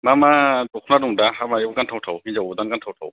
मा मा दख'ना दं दा हाबायाव गानथाव थाव हिन्जाव गोदान गानथाव थाव